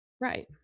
Right